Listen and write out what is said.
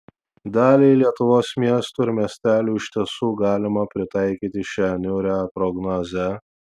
daliai lietuvos miestų ir miestelių iš tiesų galima pritaikyti šią niūrią prognozę